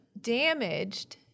damaged